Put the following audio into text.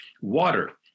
water